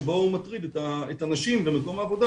שבו הוא מטריד את הנשים במקום העבודה